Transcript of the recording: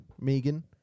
Megan